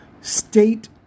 state